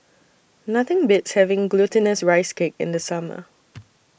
Nothing Beats having Glutinous Rice Cake in The Summer